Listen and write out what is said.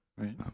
Right